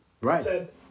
Right